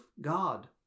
God